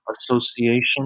association